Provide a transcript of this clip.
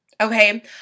Okay